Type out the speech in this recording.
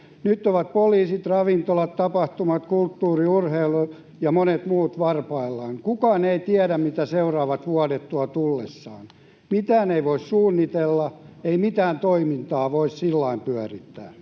Nyt ovat poliisit, ravintolat, tapahtumat, kulttuuri, urheilu ja monet muut varpaillaan. Kukaan ei tiedä, mitä seuraavat vuodet tuovat tullessaan. Mitään ei voi suunnitella. Ei mitään toimintaa voi sillä lailla pyörittää.